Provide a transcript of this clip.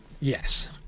yes